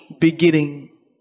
beginning